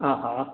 हा हा